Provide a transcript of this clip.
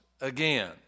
again